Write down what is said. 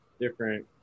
different